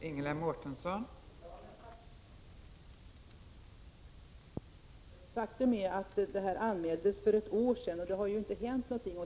Fru talman! Faktum är att detta anmäldes för ett år sedan, men det har inte hänt någonting.